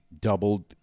doubled